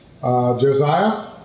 Josiah